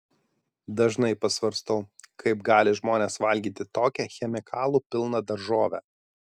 dažnai pasvarstau kaip gali žmonės valgyti tokią chemikalų pilną daržovę